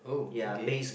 uh okay